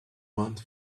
want